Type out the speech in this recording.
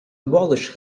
abolish